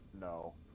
No